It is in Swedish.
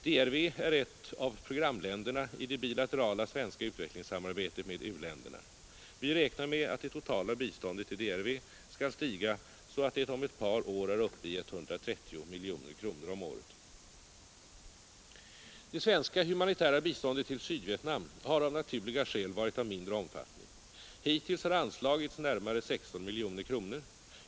DRV är ett av programländerna i det bilaterala svenska utvecklingssamarbetet med u-länderna. Vi räknar med att det totala biståndet till DRV skall stiga så att det om ett par år är uppe i 130 miljoner kronor om året. Det svenska humanitära biståndet till Sydvietnam har av naturliga skäl varit av mindre omfattning. Hittills har anslagits närmare 16 miljoner kronor.